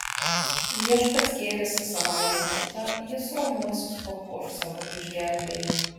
viešpats gėrisi savąja tauta jis romiuosius papuoš savo išgelbėjimu